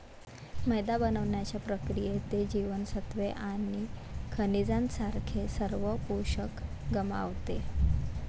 मैदा बनवण्याच्या प्रक्रियेत, ते जीवनसत्त्वे आणि खनिजांसारखे सर्व पोषक गमावते